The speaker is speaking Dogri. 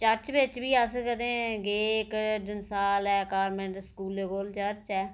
चर्च बिच बी अस कदें गे इक्क डंसाल ऐ कॉन्वेंट स्कूलै कोल चर्च ऐ